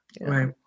Right